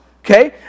Okay